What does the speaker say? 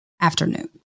afternoon